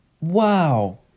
Wow